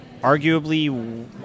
arguably